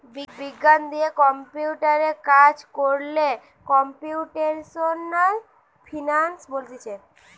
বিজ্ঞান দিয়ে কম্পিউটারে কাজ কোরলে কম্পিউটেশনাল ফিনান্স বলতিছে